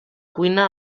cuina